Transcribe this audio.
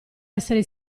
essere